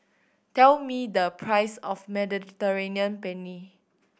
tell me the price of Mediterranean Penne